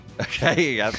okay